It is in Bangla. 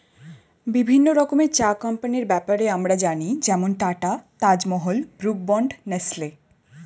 বিভিন্ন রকমের চা কোম্পানির ব্যাপারে আমরা জানি যেমন Tata, Taj Mahal, Brooke Bond, Nestle